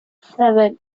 seven